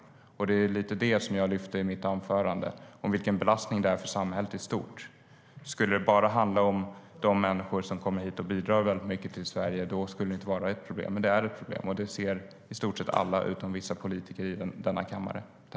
Det var det som jag lyfte fram i mitt anförande, vilken belastning det är för samhället i stort. Skulle det bara handla om de människor som kommer hit och bidrar väldigt mycket till Sverige skulle det inte vara något problem. Men det är ett problem, och det ser i stort sett alla utom vissa politiker i denna kammare.